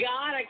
God